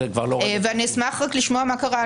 ואני אשמח רק לשמוע מה קרה,